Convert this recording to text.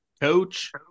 coach